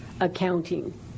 accounting